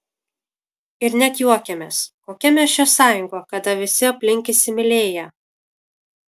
ir net juokėmės kokia mes čia sąjunga kada visi aplink įsimylėję